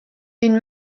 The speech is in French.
une